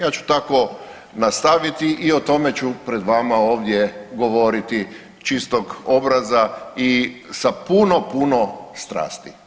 Ja ću tako nastaviti i o tome ću pred vama ovdje govoriti čistog obraza i sa puno, puno strasti.